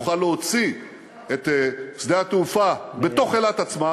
נוכל להוציא את שדה התעופה מתוך אילת עצמה,